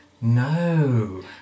No